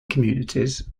communities